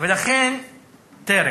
טרם.